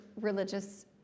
religious